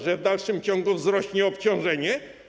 Że w dalszym ciągu wzrośnie obciążenie?